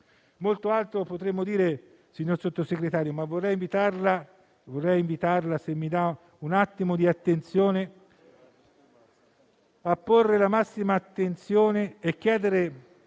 Molto altro potremmo dire, signor Sottosegretario, ma vorrei invitarla - se mi dà un attimo di attenzione - a porre la massima attenzione nel chiedere